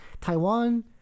taiwan